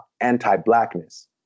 anti-blackness